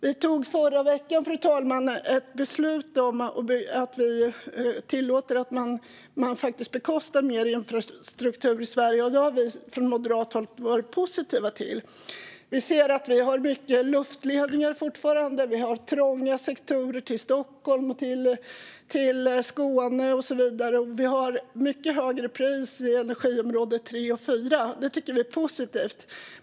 Vi tog förra veckan, fru talman, ett beslut om att tillåta att man bekostar mer infrastruktur i Sverige, och det har vi från moderat håll varit positiva till. Vi har fortfarande många luftledningar. Vi har trånga sektorer till Stockholm, till Skåne och så vidare. Vi har mycket högre pris i energiområde 3 och 4, vilket vi tycker är positivt.